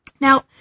Now